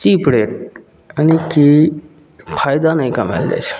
chip rate यानि कि फायदा नहि कमाएल जाइ छै